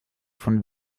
von